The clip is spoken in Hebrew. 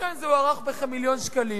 לכן זה הוערך במיליון שקלים.